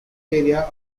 area